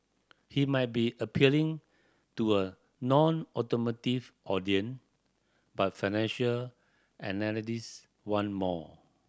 he might be appealing to a nonautomotive audience but financial analyst want more